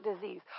disease